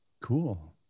Cool